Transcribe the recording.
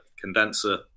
condenser